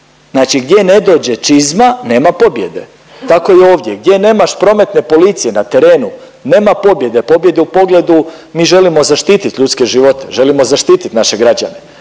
Znači gdje ne dođe čizma, nema pobjede. Tako i ovdje gdje nemaš prometne policije na terenu, nema pobjede. Pobjede u pogledu mi želimo zaštitit ljudske živote, želimo zaštitit naše građane.